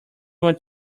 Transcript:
want